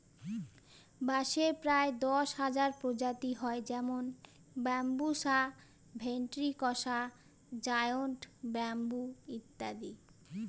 বাঁশের প্রায় দশ হাজার প্রজাতি হয় যেমন বাম্বুসা ভেন্ট্রিকসা জায়ন্ট ব্যাম্বু ইত্যাদি